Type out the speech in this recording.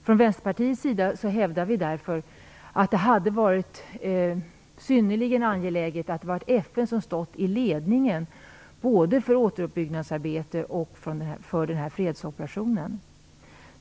Från Vänsterpartiets sida hävdar vi därför att det hade varit synnerligen angeläget att FN hade stått i ledningen både för fredsoperationen och för återuppbyggnadsarbetet.